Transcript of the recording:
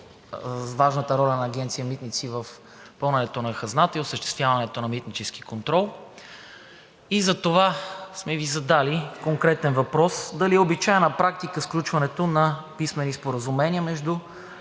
важната роля на Агенция „Митници“ в пълненето на хазната и осъществяването на митнически контрол. И затова сме Ви задали конкретен въпрос дали е обичайна практика сключването на писмени споразумения между